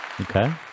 Okay